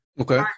Okay